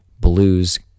blues